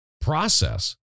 process